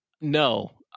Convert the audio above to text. no